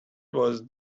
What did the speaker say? was